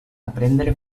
aprendre